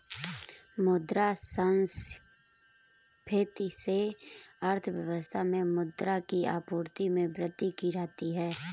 मुद्रा संस्फिति से अर्थव्यवस्था में मुद्रा की आपूर्ति में वृद्धि की जाती है